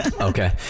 Okay